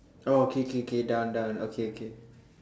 oh K K K down down okay okay